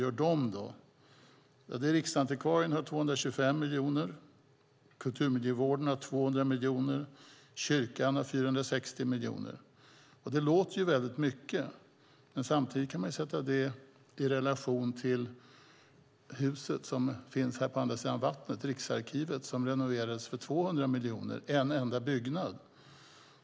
Riksantikvarien får 225 miljoner, kulturmiljövården får 200 miljoner och kyrkan får 460 miljoner. Det låter mycket. Samtidigt kan vi sätta det i relation till huset på andra sidan vattnet, Riksarkivet, som renoverades för 200 miljoner. Det är en enda byggnad.